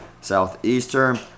Southeastern